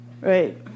Right